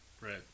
Right